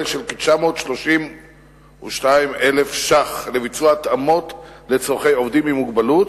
של כ-932,000 ש"ח לביצוע התאמות לצורכי עובדים עם מוגבלות,